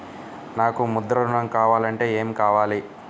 నాకు ముద్ర ఋణం కావాలంటే ఏమి కావాలి?